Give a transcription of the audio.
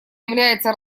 является